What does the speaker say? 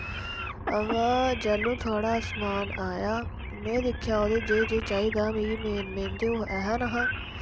अवा जैह्लूं थोआढ़ा समान आया में दिक्खेआ ओह्दे च जे जे चाहिदा मिगी मेन मेन ते ओह् ऐ हा नेहा